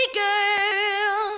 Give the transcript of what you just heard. girl